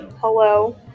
Hello